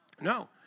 No